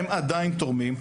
הם עדיין תורמים.